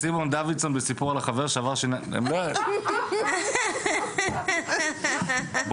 זה ברור, באמת.